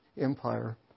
empire